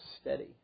steady